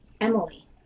Emily